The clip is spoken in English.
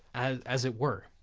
as as it were.